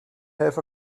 have